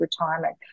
retirement